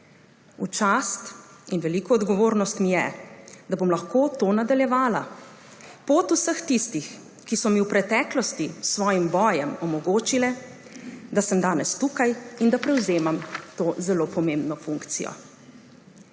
V čast in veliko odgovornost mi je, da bom lahko to nadaljevala – pot vseh tistih, ki so mi v preteklosti s svojim bojem omogočile, da sem danes tukaj in da prevzemam to zelo pomembno funkcijo.